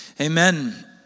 Amen